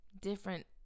different